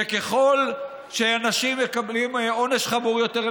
שככל שאנשים מקבלים עונש חמור יותר,